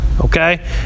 Okay